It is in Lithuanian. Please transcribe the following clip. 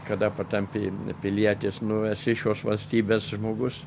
kada patampi pilietis nu esi šios valstybės žmogus